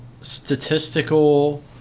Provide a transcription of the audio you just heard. statistical